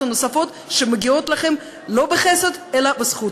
הנוספות שמגיעות לכם לא בחסד אלא בזכות.